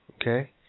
Okay